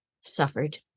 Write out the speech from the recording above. suffered